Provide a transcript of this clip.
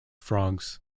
frogs